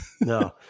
no